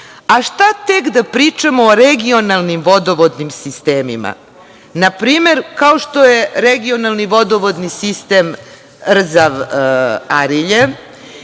Šta tek da pričamo o regionalnim vodovodnim sistemima, na primer, kao što je regionalni vodovodni sistem Rzav-Arilje?